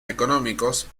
económicos